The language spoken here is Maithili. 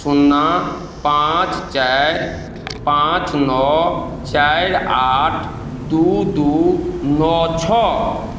सुन्ना पाँच चारि पॉंच नओ चारि आठ दू दू नओ छओ